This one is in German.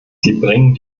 bringen